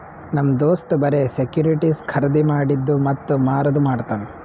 ನಮ್ ದೋಸ್ತ್ ಬರೆ ಸೆಕ್ಯೂರಿಟಿಸ್ ಖರ್ದಿ ಮಾಡಿದ್ದು ಮತ್ತ ಮಾರದು ಮಾಡ್ತಾನ್